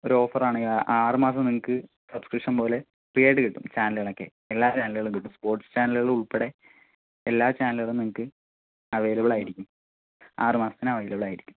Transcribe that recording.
ഓരോഫറാണ് ഇത് ആറുമാസം നിങ്ങൾക്ക് സബ്സ്ക്രിപ്ഷൻ പോലെ ഫ്രീ ആയിട്ട് കിട്ടും ചാനാല്കളൊക്കെ എല്ലാ ചാനലുകളും കിട്ടും സ്പോർട്സ് ചാനലുകളുൾപ്പെടെ എല്ലാ ചാനലുകളും നിങ്ങൾക്ക് അവൈലബിളായിരിക്കും ആറുമാസത്തിന് അവൈലബിളായിരിക്കും